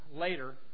later